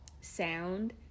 sound